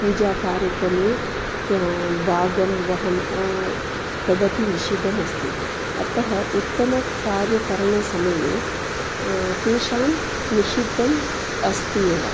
पूजाकार्यक्रमे किं भागं वहन् तदपि निषिद्धमस्ति अतः उत्तमकार्यकरणसमये तेषां निषिद्धम् अस्ति एव